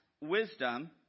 wisdom